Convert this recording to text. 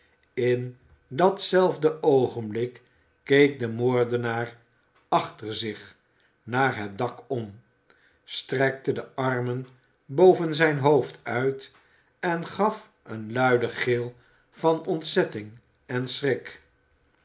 in datzelfde i oogenblik keek de moordenaar achter zich naar het dak om strekte de armen boven zijn hoofd uit en gaf een luiden gil van ontzetting en schrik